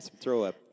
throw-up